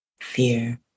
fear